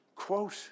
Quote